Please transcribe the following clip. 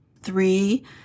three